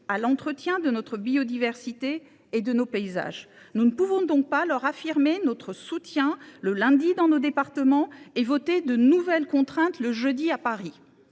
à l’entretien de notre biodiversité et de nos paysages. Nous ne pouvons leur affirmer notre soutien le lundi dans nos départements et voter de nouvelles contraintes le jeudi à Paris,